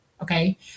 Okay